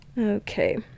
Okay